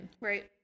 Right